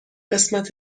قسمت